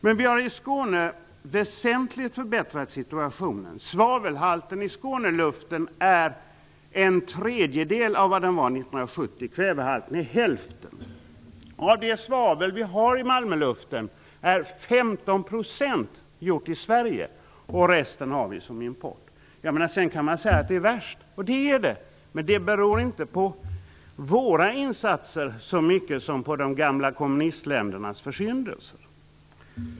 Men vi har förbättrat situationen väsentligt i Skåne. Svavelhalten i Skåneluften är en tredjedel av vad den var 1970. Kvävehalten är hälften. Av det svavel vi har i Malmöluften kommer 15 % från Sverige. Resten är import. Sedan kan man säga att det är värst, och det är det. Men det beror inte så mycket på våra insatser som på de gamla kommunistländernas försyndelser.